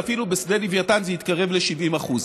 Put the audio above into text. ואפילו בשדה לווייתן זה התקרב ל-70%.